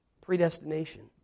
predestination